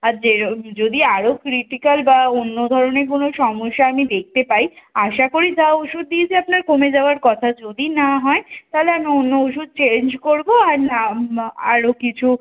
আর যে যদি আরো ক্রিটিকাল বা অন্য ধরনের কোনো সমস্যা আমি দেখতে পাই আশা করি যা ওষুধ দিয়েছি আপনার কমে যাওয়ার কথা যদি না হয় তালে আমি অন্য ওষুধ চেঞ্জ করবো আর না আরো কিছু